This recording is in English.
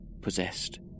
Possessed